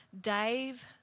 Dave